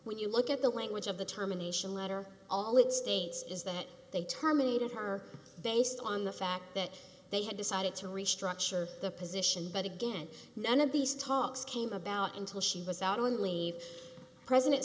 when you look at the language of the terminations letter all it states is that they terminated her based on the fact that they had decided to restructure the position but again none of these talks came about until she was out only president